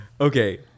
Okay